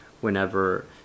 whenever